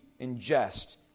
ingest